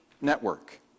Network